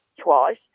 twice